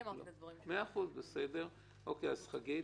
המאוד קשים שנשמעו פה קודם על ידי חגית,